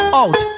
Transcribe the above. out